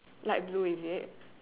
light blue is it